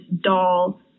doll